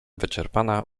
wyczerpana